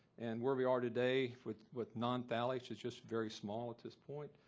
and where we are today with with nonphthalates, it's just very small at this point.